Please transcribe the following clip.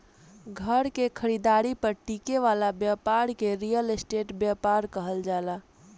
घर के खरीदारी पर टिके वाला ब्यपार के रियल स्टेट ब्यपार कहल जाला